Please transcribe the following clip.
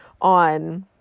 on